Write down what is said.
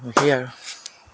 বাকী আৰু